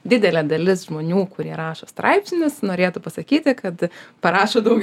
didelė dalis žmonių kurie rašo straipsnius norėtų pasakyti kad parašo daug